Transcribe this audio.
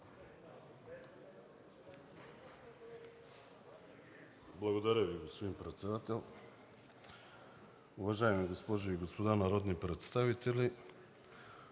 Благодаря Ви, господин Председател. Уважаеми госпожи и господа народни представители,